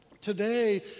today